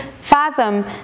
fathom